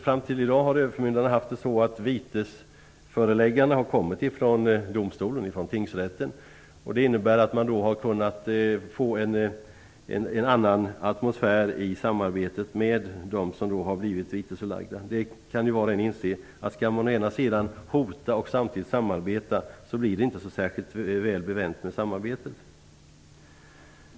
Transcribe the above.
Fram till i dag har vitesföreläggande utfärdats av tingsrätten, och överförmyndarna har då i en annan atmosfär kunnat genomföra samarbetet med dem som blivit vitesförelagda. Var och en kan inse att om man å ena sidan skall hota och andra sidan samarbeta, blir det inte särskilt mycket bevänt med samarbetet.